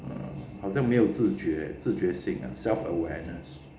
好像没有自觉自觉性 self awareness